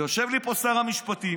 יושב לי פה שר המשפטים,